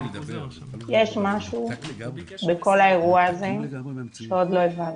יש משהו בכל האירוע הזה שעוד לא הבנתי.